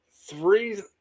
three